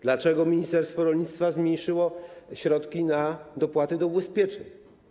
Dlaczego ministerstwo rolnictwa zmniejszyło środki na dopłaty do ubezpieczeń?